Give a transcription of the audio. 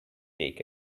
take